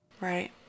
Right